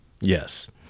yes